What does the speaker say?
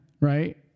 right